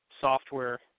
software